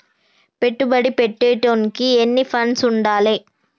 పెట్టుబడి పెట్టేటోనికి ఎన్ని ఫండ్స్ ఉండాలే?